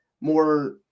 more